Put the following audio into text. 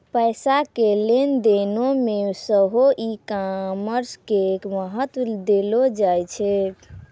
पैसा के लेन देनो मे सेहो ई कामर्स के महत्त्व देलो जाय छै